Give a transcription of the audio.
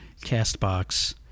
CastBox